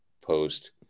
post